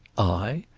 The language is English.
i?